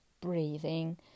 breathing